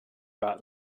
about